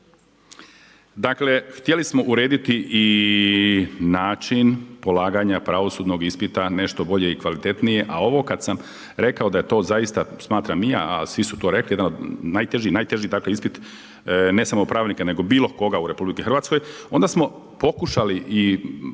Dakle htjeli smo urediti i način ulaganja pravosudnog ispita nešto bolje i kvalitetnije. A ovo kada sam rekao da je to zaista smatram i ja a i svi su to rekli jedan od najtežih, najteži dakle ispit, ne samo pravnika, nego bilo koga u RH onda smo pokušali i